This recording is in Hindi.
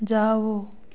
जाओ